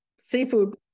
seafood